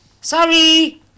Sorry